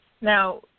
Now